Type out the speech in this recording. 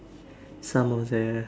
some of the